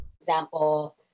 example